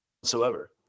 whatsoever